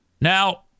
Now